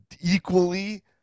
equally